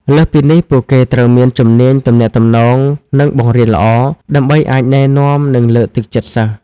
លើសពីនេះ ពួកគេត្រូវមាន ជំនាញទំនាក់ទំនង និងបង្រៀនល្អ ដើម្បីអាចណែនាំ និងលើកទឹកចិត្តសិស្ស។